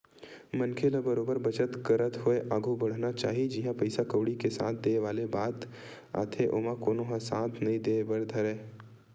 मनखे ल बरोबर बचत करत होय आघु बड़हना चाही जिहाँ पइसा कउड़ी के साथ देय वाले बात आथे ओमा कोनो ह साथ नइ देय बर नइ धरय